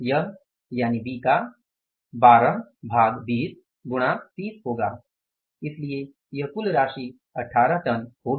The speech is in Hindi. यह 12 भाग 20 गुणा 30 होगा इसलिए यह कुल राशि 18 टन होगी